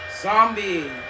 Zombie